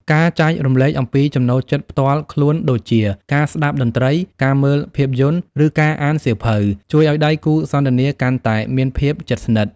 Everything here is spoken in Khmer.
ការចែករំលែកអំពីចំណូលចិត្តផ្ទាល់ខ្លួនដូចជា ការស្ដាប់តន្ត្រី ការមើលភាពយន្ត ឬការអានសៀវភៅ ជួយឱ្យដៃគូសន្ទនាកាន់តែមានភាពជិតស្និទ្ធ។